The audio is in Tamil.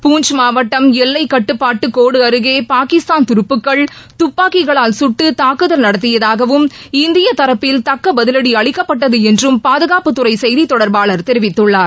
பூன்ச் மாவட்டம் எல்லைக்கட்டுப்பாட்டு கோடு அருகே பாகிஸ்தான் துருப்புக்கள் துப்பாக்கிகளால் சுட்டு தாக்குதல் நடத்தியதாகவும் இந்தியத் தரப்பில் தக்க பதிலடி அளிக்கப்பட்டது என்றும் பாதுகாப்புத்துறை செய்தித் தொடர்பாளர் தெரிவித்துள்ளார்